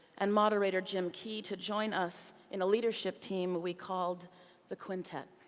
and moderator jim key to join us in a leadership team we called the quintet.